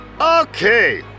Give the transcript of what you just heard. Okay